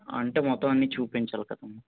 అంటే మొత్తం అన్నీ చూపించాలి కదమ్మా